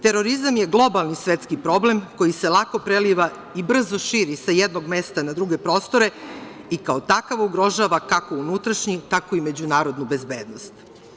Terorizam je globalni svetski problem, koji se lako preliva i brzo širi sa jednog mesta na druge prostore, i kao takav ugrožava kako unutrašnji tako i međunarodnu bezbednost.